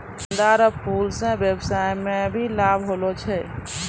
गेंदा रो फूल से व्यबसाय मे भी लाब होलो छै